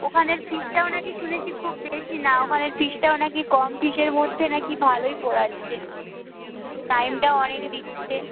ওখানের ফিজটাও নাকি শুনেছি খুব বেশি না ওখানে ফিজটাও নাকি কম ফিজের মধ্যে নাকি ভালোই পড়াচ্ছে টাইমটা অনেক দিচ্ছে